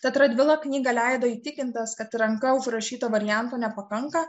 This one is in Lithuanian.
tad radvila knygą leido įtikintas kad ranka užrašyto varianto nepakanka